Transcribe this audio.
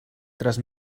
tres